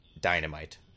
dynamite